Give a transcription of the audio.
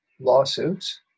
lawsuits